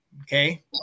Okay